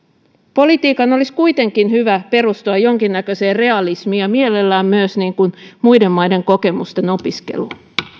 politiikan olisi kuitenkin hyvä perustua jonkinnäköiseen realismiin ja mielellään myös muiden maiden kokemusten opiskeluun